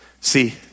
See